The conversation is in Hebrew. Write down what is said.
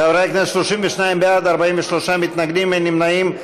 חברי הכנסת, 32 בעד, 43 מתנגדים, אין נמנעים.